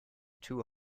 too